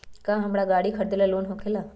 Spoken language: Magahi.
का हमरा गारी खरीदेला लोन होकेला?